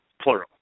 Plural